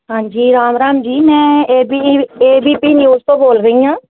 ਹਾਂਜੀ ਰਾਮ ਰਾਮ ਜੀ ਮੈਂ A B A B P news ਤੋਂ ਬੋਲ ਰਹੀ ਹਾਂ